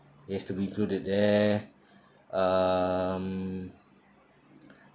it has to be included there um